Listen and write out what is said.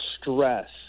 stress